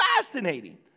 fascinating